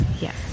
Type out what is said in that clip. Yes